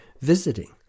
visiting